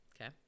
Okay